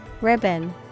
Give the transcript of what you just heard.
ribbon